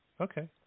Okay